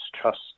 trust